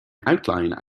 outline